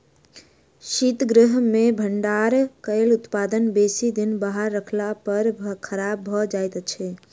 शीतगृह मे भंडारण कयल उत्पाद बेसी दिन बाहर रखला पर खराब भ जाइत छै